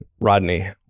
Rodney